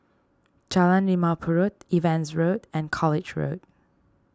Jalan Limau Purut Evans Road and College Road